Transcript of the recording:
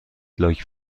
لاک